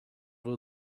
will